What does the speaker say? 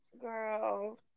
Girl